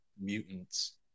mutants